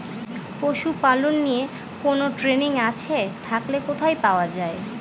পশুপালন নিয়ে কোন ট্রেনিং আছে থাকলে কোথায় পাওয়া য়ায়?